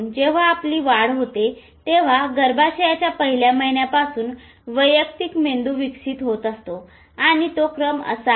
जेंव्हा आपली वाढ होते तेव्हा गर्भाशयाच्या पहिल्या महिन्यापासून वैयक्तिक मेंदू विकसित होत असतो आणि तो क्रम असा आहे